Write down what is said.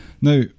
Now